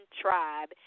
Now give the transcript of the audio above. Tribe